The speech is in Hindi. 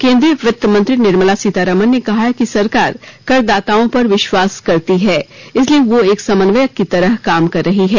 केन्द्रीय वित्तमंत्री निर्मला सीतारामन ने कहा कि सरकार करदाताओं पर विश्वास करती है इसलिए वह एक समन्वयक की तरह काम कर रही है